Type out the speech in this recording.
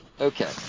Okay